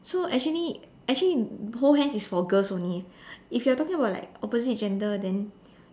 so actually actually hold hands is for girls only if you are talking about like opposite gender then